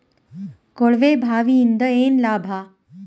ಕೊಳವೆ ಬಾವಿಯಿಂದ ಏನ್ ಲಾಭಾ?